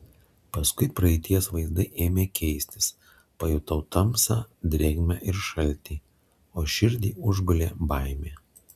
paskui praeities vaizdai ėmė keistis pajutau tamsą drėgmę ir šaltį o širdį užgulė baimė